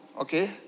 okay